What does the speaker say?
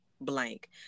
blank